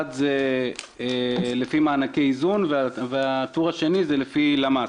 אחד זה לפי מענקי איזון והטור השני זה לפי למ"ס.